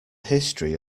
history